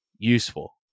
Useful